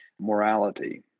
morality